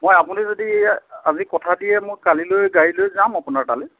মই আপুনি যদি আজি কথা দিয়ে মই কালিলৈ গাড়ীলৈ যাম আপোনাৰ তালৈ